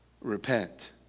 Repent